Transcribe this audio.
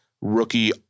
rookie